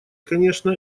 конечно